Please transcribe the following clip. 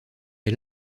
est